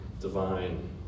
divine